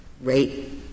rate